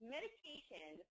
Medication